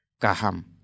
kaham